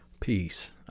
Peace